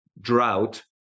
drought